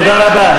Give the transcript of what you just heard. תודה רבה.